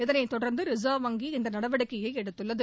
இதனைத் தொடர்ந்து ரிசர்வ் வங்கி இந்த நடவடிக்கையை எடுத்துள்ளது